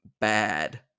bad